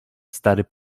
stary